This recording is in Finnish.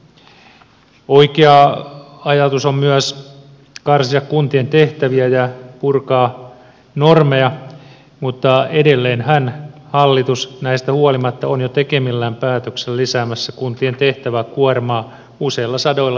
oikea ajatus on myös karsia kuntien tehtäviä ja purkaa normeja mutta edelleenhän hallitus näistä huolimatta on jo tekemillään päätöksillä lisäämässä kuntien tehtäväkuormaa useilla sadoilla miljoonilla euroilla